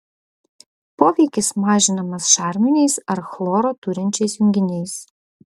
poveikis mažinamas šarminiais ar chloro turinčiais junginiais